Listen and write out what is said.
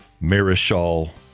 Marischal